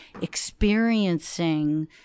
experiencing